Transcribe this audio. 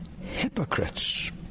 hypocrites